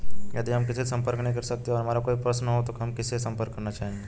यदि हम किसी से संपर्क नहीं कर सकते हैं और हमारा कोई प्रश्न है तो हमें किससे संपर्क करना चाहिए?